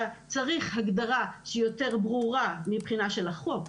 צריך הגדרה שהיא יותר ברורה מבחינת החוק.